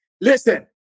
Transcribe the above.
Listen